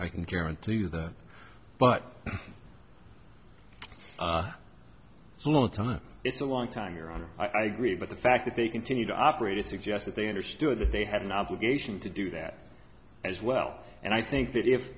i can guarantee you that but so little time it's a long time your honor i agree but the fact that they continue to operate it suggests that they understood that they have an obligation to do that as well and i think that if